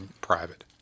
private